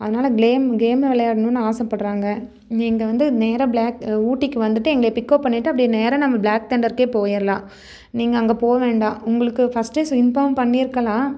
அதனால் claim game விளையாடணும்னு ஆசைப்பட்றாங்க நீங்கள் வந்து நேராக ப்ளாக் ஊட்டிக்கு வந்துட்டு எங்களை பிக்கப் பண்ணிட்டு அப்படியே நேராக நம்ம ப்ளாக் தண்டருக்கே போய்ர்லாம் நீங்கள் அங்கே போக வேண்டாம் உங்களுக்கும் ஃபர்ஸ்ட்டே சொல் இன்ஃபார்ம் பண்ணியிருக்கலாம்